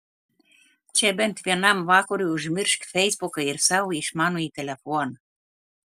čia bent vienam vakarui užmiršk feisbuką ir savo išmanųjį telefoną